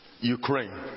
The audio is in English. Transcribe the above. Ukraine